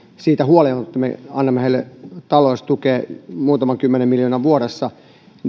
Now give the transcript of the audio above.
siitä huolimatta me annamme heille taloudellista tukea muutaman kymmenen miljoonaa vuodessa